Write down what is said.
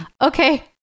okay